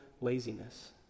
laziness